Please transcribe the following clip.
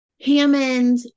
Hammond